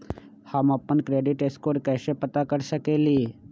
हम अपन credit score कैसे पता कर सकेली?